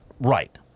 Right